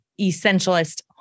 essentialist